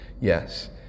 Yes